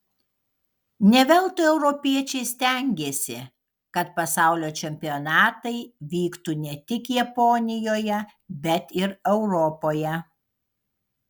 ne veltui europiečiai stengėsi kad pasaulio čempionatai vyktų ne tik japonijoje bet ir europoje